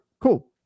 Cool